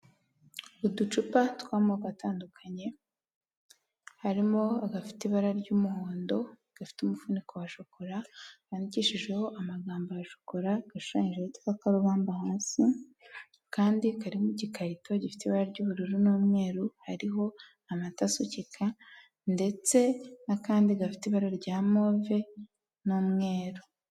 Uducupa tw'amoko atandukanye harimo agafite ibara ry'umuhondo gafite umufuniko wa shokora kandikishijeho amagambo ya shokora gashuyije yitwa karubamba hasi, kandi karimo igikarito gifite ibara ry'ubururu n'umweru hariho amata asukika, ndetse n'akandi gafite ibara rya move n'umweru.